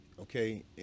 okay